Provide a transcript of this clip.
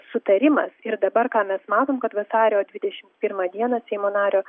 sutarimas ir dabar ką mes matom kad vasario dvidešimt pirmą dieną seimo nario